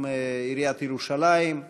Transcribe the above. עם עיריית ירושלים.